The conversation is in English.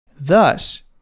Thus